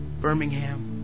Birmingham